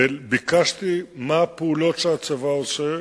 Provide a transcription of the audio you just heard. ביקשתי לדעת מה הפעולות שהצבא עושה,